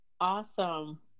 Awesome